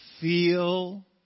Feel